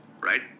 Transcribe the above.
right